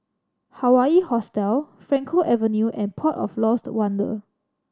Hawaii Hostel Frankel Avenue and Port of Lost Wonder